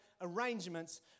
arrangements